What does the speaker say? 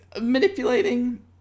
manipulating